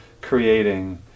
creating